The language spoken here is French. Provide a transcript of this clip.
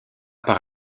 par